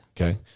Okay